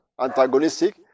antagonistic